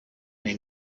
may